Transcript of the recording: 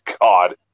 God